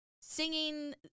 singing